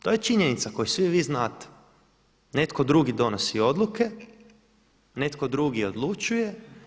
To je činjenica koju svi ovdje znate, netko drugi donosi odluke, netko drugi odlučuje.